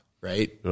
right